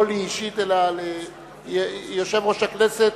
לא לי אישית, אלא ליושב-ראש הכנסת,